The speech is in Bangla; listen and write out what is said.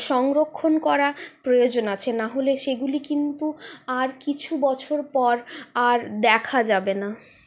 সংরক্ষণ করা প্রয়োজন আছে নাহলে সেগুলি কিন্তু আর কিছু বছর পর আর দেখা যাবে না